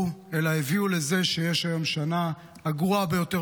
אלא הביאו לזה שיש היום שנה שהיא הגרועה ביותר